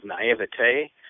naivete